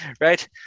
Right